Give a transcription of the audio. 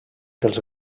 dels